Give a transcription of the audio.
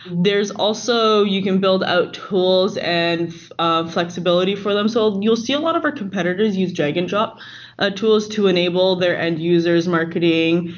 there's also you can build out tools and ah flexibility for themselves. you'll see a lot of her competitors use drag-and-drop ah tools to enable their end-users marketing,